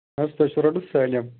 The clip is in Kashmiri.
تۄہہِ چھُو رَٹُن سٲلِم